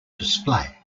display